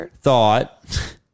thought